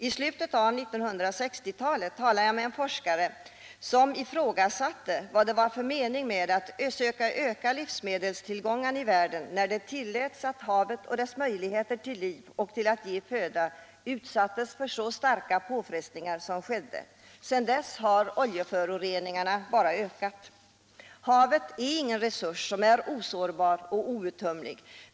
I slutet av 1960-talet talade jag med forskare som ifrågasatte meningen med att söka öka livsmedelstillgångarna i världen samtidigt som det tilläts att havet och dess möjligheter till liv och till att ge föda utsattes för så stora påfrestningar som skedde. Sedan dess har oljeföroreningarna bara ökat. Havet är ingen resurs som är osårbar och outtömlig.